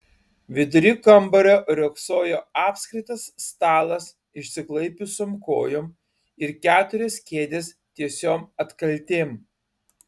vidury kambario riogsojo apskritas stalas išsiklaipiusiom kojom ir keturios kėdės tiesiom atkaltėm